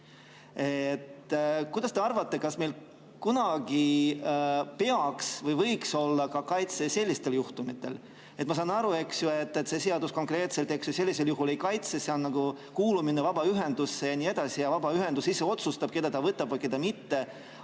Kuidas te arvate, kas meil kunagi peaks olema või võiks olla kaitse ka selliste juhtumite korral? Ma saan aru, et see seadus konkreetselt sellisel juhul ei kaitse, see on kuulumine vabaühendusse ja vabaühendus ise otsustab, keda ta võtab vastu ja keda mitte.